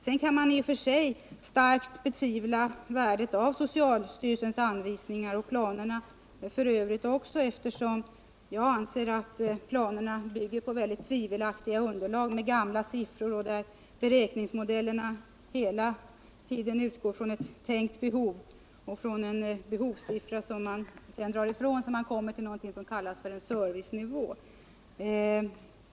Sedan kan man i och för sig starkt betvivla värdet av socialstyrelsens anvisningar och även av planerna i övrigt. Jag anser att planerna bygger på ett mycket tvivelaktigt underlag. Siffrorna är gamla och beräkningsmodellerna bygger hela tiden på en tänkt behovssiffra, varefter man gör ett avdrag så att man kommer fram till något som kallas servicenivå.